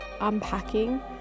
unpacking